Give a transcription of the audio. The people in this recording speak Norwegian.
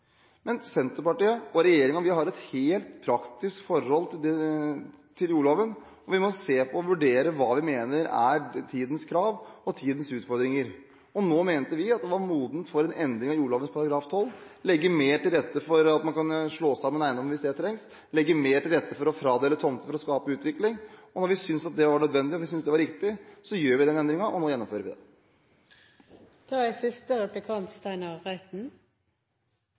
Men Senterpartiet og regjeringen har et helt praktisk forhold til jordloven. Vi må se på, og vurdere, hva vi mener er tidens krav og tidens utfordringer. Nå mente vi at tiden var moden for en endring av jordloven § 12 – å legge mer til rette for å slå sammen eiendom hvis det trengs, og å legge mer til rette for å fradele tomter for å skape utvikling. Når vi syntes at dette var nødvendig og riktig, så gjør vi den endringen – og gjennomfører den. Regjeringen fremmer i dag forslag om endringer i jordloven som gjør det